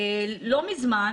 לא מזמן,